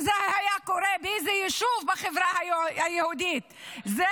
אם זה היה קורה באיזה יישוב בחברה היהודית -- כי אתם לא מקדמים חקיקה.